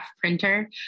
printer